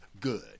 good